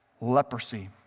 leprosy